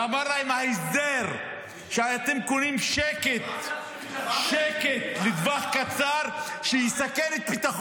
הוא אמר להם: ההסדר שאתם קוראים שקט לטווח קצר ----- אביחי,